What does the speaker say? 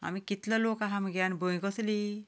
आमी कितलो लोक आसा मगे आनी भंय कसलो